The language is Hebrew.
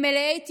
הם מלאי תקווה.